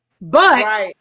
But-